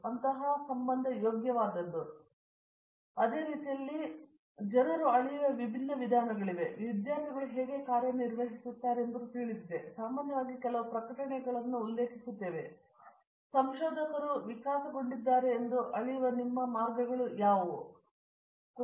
professor Pratap Haridoss ಇದೇ ರೀತಿಯಲ್ಲೂ ಸಹ ಒಂದು ರೀತಿಯ ಅರ್ಥದಲ್ಲಿ ಜನರು ಅಳೆಯುವ ವಿಭಿನ್ನ ವಿಧಾನಗಳಿವೆ ವಿದ್ಯಾರ್ಥಿಗಳು ಹೇಗೆ ಕಾರ್ಯನಿರ್ವಹಿಸಿದ್ದಾರೆ ಎಂಬುದನ್ನು ನಿಮಗೆ ತಿಳಿದಿದೆ ಸಾಮಾನ್ಯವಾಗಿ ನಾವು ಕೇವಲ ಪ್ರಕಟಣೆಗಳನ್ನು ಉಲ್ಲೇಖಿಸುತ್ತೇವೆ ಮತ್ತು ಅದಕ್ಕಿಂತ ಹೆಚ್ಚಾಗಿ ಸಂಶೋಧಕರು ಅವರು ಸಂಶೋಧಕರಾಗಿ ಎಷ್ಟು ವಿಕಾಸಗೊಂಡಿದ್ದಾರೆಂದು ನಿಮಗೆ ಅಳೆಯಲು ನೀವು ವಿದ್ಯಾರ್ಥಿಗಳನ್ನು ನೋಡುತ್ತಿರುವ ಇತರ ವಿಧಾನಗಳಿವೆ